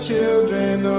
Children